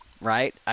right